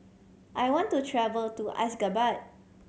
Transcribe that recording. I want to travel to Ashgabat